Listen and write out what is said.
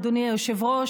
אדוני היושב-ראש,